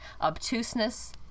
obtuseness